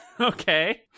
Okay